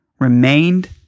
remained